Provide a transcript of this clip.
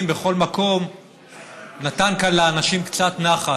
בכל מקום נתן כאן לאנשים קצת נחת.